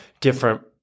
different